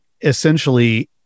essentially